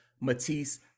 Matisse